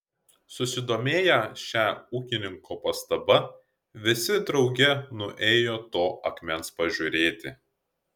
susidomėję šia ūkininko pastaba visi drauge nuėjo to akmens pažiūrėti